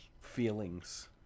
feelings